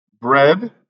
bread